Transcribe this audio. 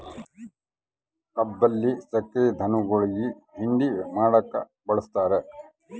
ಕಬ್ಬಿಲ್ಲಿ ಸಕ್ರೆ ಧನುಗುಳಿಗಿ ಹಿಂಡಿ ಮಾಡಕ ಬಳಸ್ತಾರ